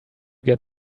get